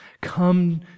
Come